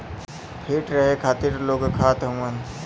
feet रहे खातिर लोग खात हउअन